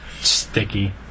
Sticky